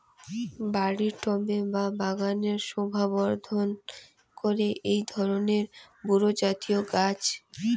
বাড়ির টবে বা বাগানের শোভাবর্ধন করে এই ধরণের বিরুৎজাতীয় গাছ